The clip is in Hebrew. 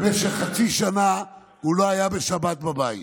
במשך חצי שנה הוא לא היה בשבת בבית,